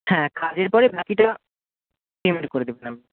হ্যাঁ কাজের পরে বাকিটা পেমেন্ট করে দেবেন আপনি